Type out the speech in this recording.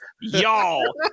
y'all